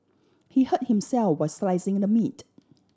he hurt himself were slicing the meat